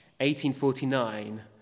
1849